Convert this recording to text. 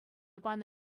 панӑ